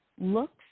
looks